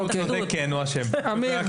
אמיר,